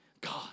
God